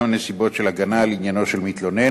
גם נסיבות של הגנה על עניינו של מתלונן